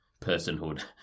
personhood